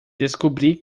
descobri